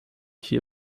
hier